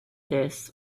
this